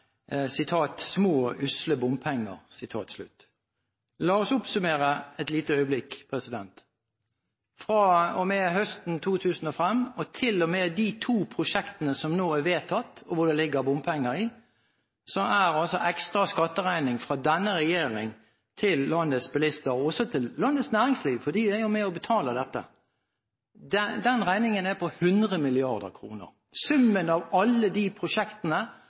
«de små, usle bompengene». La oss et lite øyeblikk oppsummere: Fra og med høsten 2005 og til og med de to prosjektene som nå er vedtatt, hvor det ligger bompenger i, er den ekstra skatteregningen fra denne regjeringen til landets bilister – og også til landets næringsliv, for de er jo med og betaler dette – på 100 mrd. kr. Summen av alle de prosjektene